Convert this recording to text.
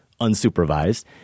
unsupervised